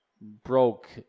Broke